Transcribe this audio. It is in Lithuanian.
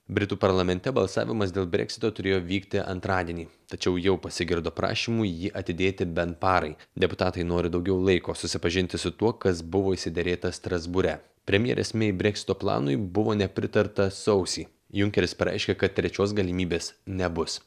britų parlamente balsavimas dėl breksito turėjo vykti antradienį tačiau jau pasigirdo prašymų jį atidėti bent parai deputatai nori daugiau laiko susipažinti su tuo kas buvo išsiderėta strasbūre premjerės mei breksito planui buvo nepritarta sausį junkeris pareiškė kad trečios galimybės nebus